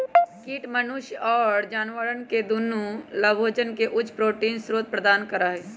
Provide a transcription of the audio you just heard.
कीट मनुष्य और जानवरवन के दुन्नो लाभोजन के उच्च प्रोटीन स्रोत प्रदान करा हई